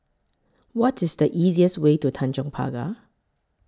What IS The easiest Way to Tanjong Pagar